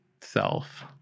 self